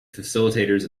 facilitators